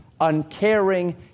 uncaring